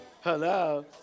Hello